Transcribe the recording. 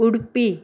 उडपी